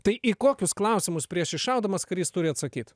tai į kokius klausimus prieš iššaudamas karys turi atsakyt